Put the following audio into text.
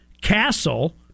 castle